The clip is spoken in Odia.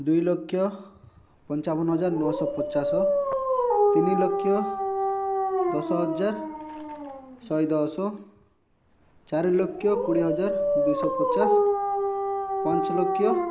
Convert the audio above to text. ଦୁଇଲକ୍ଷ ପଞ୍ଚାବନ ହଜାର ନଅଶହ ପଚାଶ ତିନିଲକ୍ଷ ଦଶ ହଜାର ଶହେ ଦଶ ଚାରିଲକ୍ଷ କୋଡ଼ିଏ ହଜାର ଦୁଇଶହ ପଚାଶ ପାଞ୍ଚଲକ୍ଷ